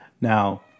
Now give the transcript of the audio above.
Now